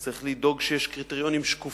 1. צריך לדאוג שיש קריטריונים שקופים,